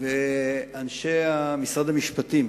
ואנשי משרד המשפטים